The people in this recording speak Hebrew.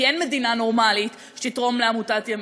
כי אין מדינה נורמלית שתתרום לעמותת ימין.